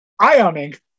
Ioning